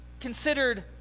considered